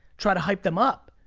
try to hype them up.